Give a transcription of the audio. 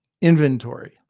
inventory